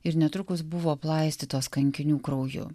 ir netrukus buvo aplaistytos kankinių krauju